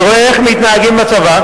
אני רואה איך מתנהגים בצבא,